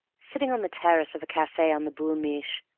sitting on the terrace of a cafe on the boul' mich',